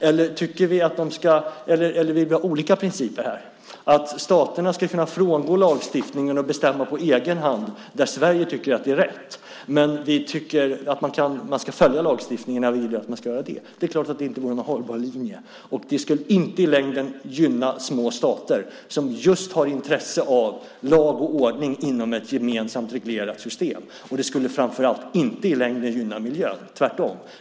Eller är det olika principer - att staterna ska kunna frångå lagstiftningen och bestämma på egen hand när Sverige tycker att det är rätt men att man ska stävja lagstiftningen när de vill att man ska göra det? Det är klart att det inte är någon hållbar linje. Det skulle inte i längden gynna små stater som just har intresse av lag och ordning inom ett gemensamt reglerat system. Det skulle framför allt inte i längden gynna miljön, tvärtom.